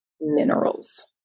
minerals